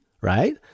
right